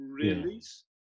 release